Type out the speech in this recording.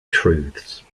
truths